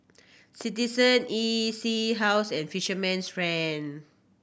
Citizen E C House and Fisherman's Friend